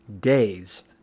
days